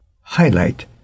highlight